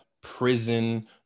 prison